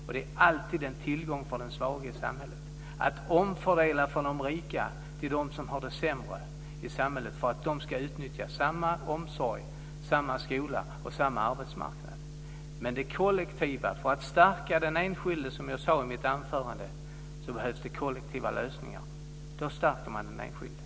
Det är alltid en tillgång för den svage i samhället att omfördela från de rika till dem som har det sämre så att de ska kunna utnyttja samma omsorg, samma skola och samma arbetsmarknad. För att stärka den enskilde - som jag sade i mitt anförande - behövs det kollektiva lösningar. Då stärks den enskilde.